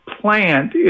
plant